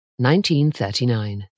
1939